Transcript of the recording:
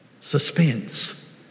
suspense